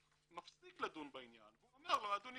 מפסיק לדון בעניין והוא אומר לו "התגלה